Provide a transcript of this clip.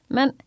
Men